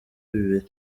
bibiri